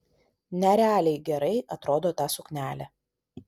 nerealiai gerai atrodo ta suknelė